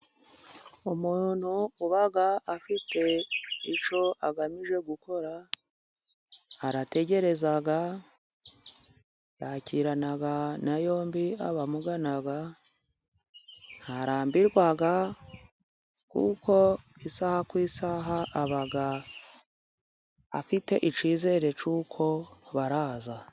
Umuntu uba afite icyo agamije gukora arategereza. Yakirana na yombi abamugana. Ntarambirwa kuko isaha ku isaha aba afite icyizere cy'uko baraza.